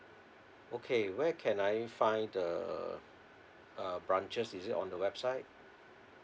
okay where can I find the uh branches is it on the website